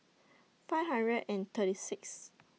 five hundred and thirty Sixth